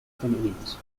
femeninos